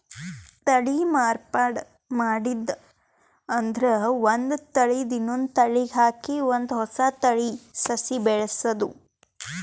ತಳಿ ಮಾರ್ಪಾಡ್ ಮಾಡದ್ ಅಂದ್ರ ಒಂದ್ ತಳಿದ್ ಇನ್ನೊಂದ್ ತಳಿಗ್ ಹಾಕಿ ಒಂದ್ ಹೊಸ ತಳಿ ಸಸಿ ಬೆಳಸದು